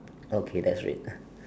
okay that's red